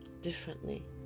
differently